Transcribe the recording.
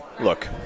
look